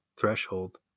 threshold